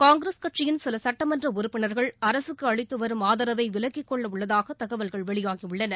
காங்கிரஸ் கட்சியின் சில சட்டமன்ற உறுப்பினர்கள் அரசுக்கு அளித்து வரும் ஆதரவை விலக்கிக் கொள்ள உள்ளதாக தகவல்கள் வெளியாகியுள்ளன